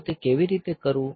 તો તે કેવી રીતે કરવું